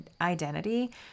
identity